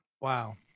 Wow